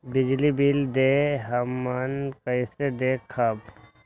बिजली बिल देल हमन कईसे देखब?